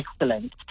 excellent